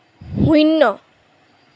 শূন্য